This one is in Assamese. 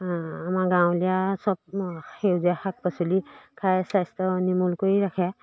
আমাৰ গাঁৱলীয়া চব সেউজীয়া শাক পাচলি খাই স্বাস্থ্য নিমল কৰি ৰাখে